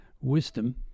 wisdom